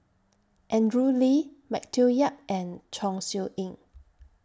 Andrew Lee Matthew Yap and Chong Siew Ying